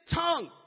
tongue